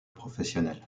professionnel